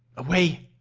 away!